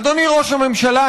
אדוני ראש הממשלה,